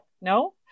no